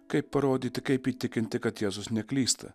kaip parodyti kaip įtikinti kad jėzus neklysta